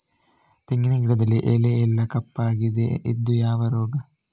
ತೆಂಗಿನ ಗಿಡದಲ್ಲಿ ಎಲೆ ಎಲ್ಲಾ ಕಪ್ಪಾಗಿದೆ ಇದು ಯಾವ ರೋಗ?